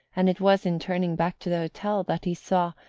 and it was in turning back to the hotel that he saw,